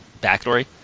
backstory